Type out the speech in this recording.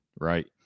right